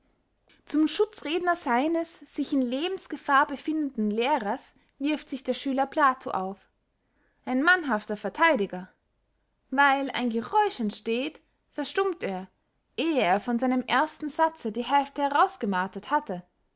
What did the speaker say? zum schutzredner seines sich in lebensgefahr befindenden lehrers wirft sich der schüler plato auf ein mannhafter vertheidiger weil ein geräusch entsteht verstummt er ehe er von seinem ersten satze die hälfte herausgemartert hatte